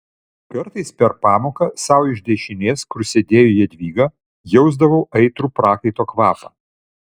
kartais per pamoką sau iš dešinės kur sėdėjo jadvyga jausdavau aitrų prakaito kvapą